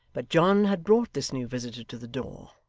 but john had brought this new visitor to the door,